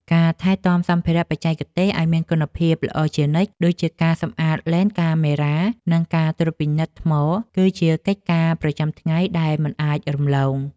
ការថែទាំសម្ភារៈបច្ចេកទេសឱ្យមានគុណភាពល្អជានិច្ច ដូចជាការសម្អាតឡេនកាមេរ៉ា និងការត្រួតពិនិត្យថ្ម គឺជាកិច្ចការប្រចាំថ្ងៃដែលមិនអាចរំលង។